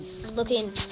looking